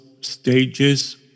stages